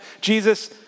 Jesus